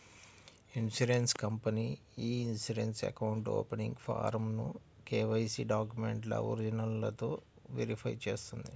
insurance company ఇ insurance account opening ఫారమ్ను KYC డాక్యుమెంట్ల ఒరిజినల్లతో వెరిఫై చేస్తుంది